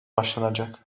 başlanacak